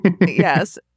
Yes